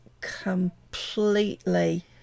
completely